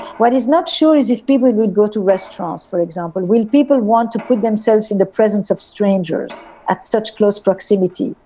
what is not sure is if people would would go to restaurants, for example, will people want to put themselves in the presence of strangers at such close proximity?